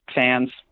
fans